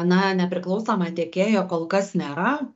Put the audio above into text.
na nepriklausomą tiekėją kol kas nėra